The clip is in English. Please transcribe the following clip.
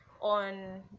on